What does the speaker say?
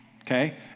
okay